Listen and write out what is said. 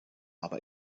aber